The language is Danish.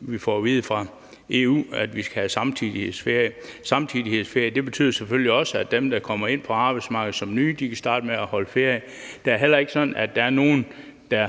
vi har fået at vide fra EU, at vi skal have samtidighedsferie. Samtidighedsferie betyder selvfølgelig også, at dem, der kommer ind på arbejdsmarkedet som nye, kan starte med at holde ferie, og det er ikke sådan, at der er nogen, der